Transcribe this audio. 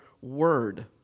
word